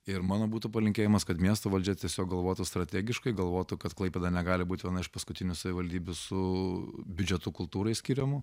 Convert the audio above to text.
ir mano būtų palinkėjimas kad miesto valdžia tiesiog galvotų strategiškai galvotų kad klaipėda negali būt viena iš paskutinių savivaldybių su biudžetu kultūrai skiriamu